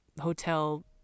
hotel